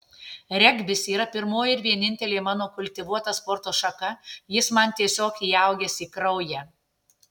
regbis yra pirmoji ir vienintelė mano kultivuota sporto šaka jis man tiesiog įaugęs į kraują